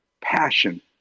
Passion